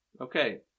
Okay